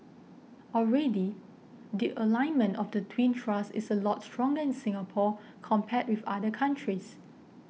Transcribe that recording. already the alignment of the twin thrusts is a lot stronger in Singapore compared with other countries